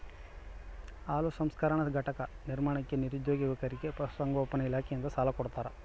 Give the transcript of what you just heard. ಹಾಲು ಸಂಸ್ಕರಣಾ ಘಟಕ ನಿರ್ಮಾಣಕ್ಕೆ ನಿರುದ್ಯೋಗಿ ಯುವಕರಿಗೆ ಪಶುಸಂಗೋಪನಾ ಇಲಾಖೆಯಿಂದ ಸಾಲ ಕೊಡ್ತಾರ